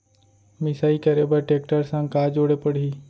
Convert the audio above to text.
मिसाई करे बर टेकटर संग का जोड़े पड़ही?